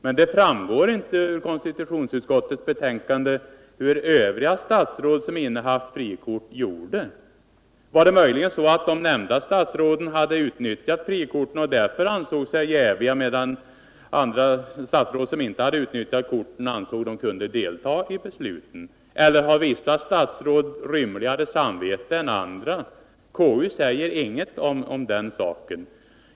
Men det framgår inte av konstitutionsutskottets betänkande hur övriga statsråd som innehaft frikort gjorde. Var det möjligen så att de nämnda statsråden hade utnyttjat frikorten och därför ansåg sig jäviga medan andra statsråd, som inte hade utnyttjat korten, antog att de kunde delta i beslutet? Eller har vissa statsråd rymligare samvete än andra? KU säger ingenting om den saken.